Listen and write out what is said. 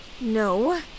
No